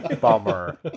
Bummer